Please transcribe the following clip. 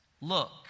Look